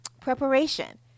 Preparation